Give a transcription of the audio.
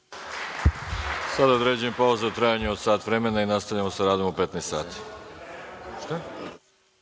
Sada određujem pauzu u trajanju od sat vremena, i nastavljamo sa radom u 15.00